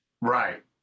right